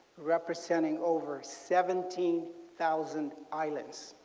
representing over seventeen thousand islands.